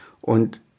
Und